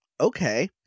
Okay